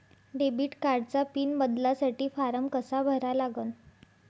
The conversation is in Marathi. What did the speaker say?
डेबिट कार्डचा पिन बदलासाठी फारम कसा भरा लागन?